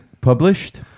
Published